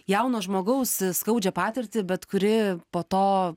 jauno žmogaus skaudžią patirtį bet kuri po to